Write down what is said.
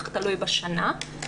תלוי בשנה.